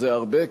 זה הרבה,